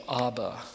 Abba